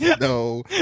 No